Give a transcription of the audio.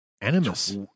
Animus